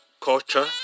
culture